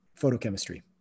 photochemistry